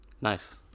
Nice